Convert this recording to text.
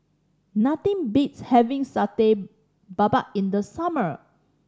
nothing beats having Satay Babat in the summer